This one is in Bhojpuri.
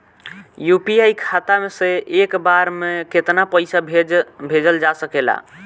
यू.पी.आई खाता से एक बार म केतना पईसा भेजल जा सकेला?